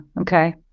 Okay